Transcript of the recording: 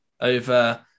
over